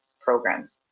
programs